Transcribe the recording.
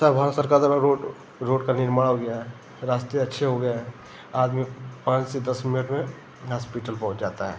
सब वहाँ सरकार द्वारा रोड रोड का निर्माण हो गया है रास्ते अच्छे हो गए हैं आदमी पाँच से दस मिनट में हास्पिटल पहुँच जाता है